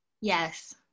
Yes